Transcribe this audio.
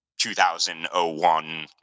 2001